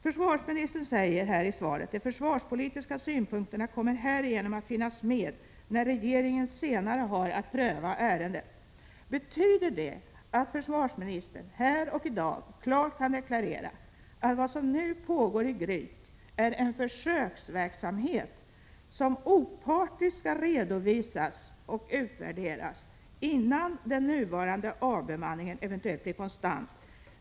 Försvarsministern säger i svaret: ”De försvarspolitiska synpunkterna kommer härigenom att finnas med när regeringen senare har att pröva ärendet.” Betyder det att försvarsministern här och i dag klart kan deklarera att vad som nu pågår i Gryt är en försöksverksamhet som opartiskt skall redovisas och utvärderas, innan den nuvarande avbemanningen eventuellt blir konstant?